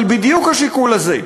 אבל בדיוק השיקול הזה,